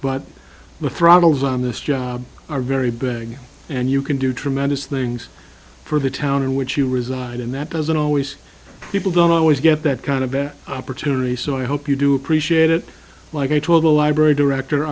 but the throttles on this job are very big and you can do tremendous things for the town in which you reside and that doesn't always people don't always get that kind of opportunity so i hope you do appreciate it like i told the library director